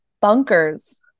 bunkers